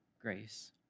grace